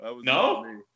No